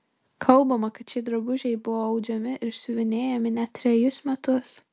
kalbama kad šie drabužiai buvo audžiami ir siuvinėjami net trejus metus